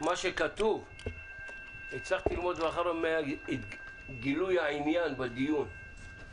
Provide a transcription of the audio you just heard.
ממה שכתוב, הצלחתי ללמוד מגילוי העניין בדיון.